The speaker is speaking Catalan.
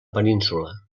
península